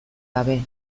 gabe